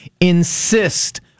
insist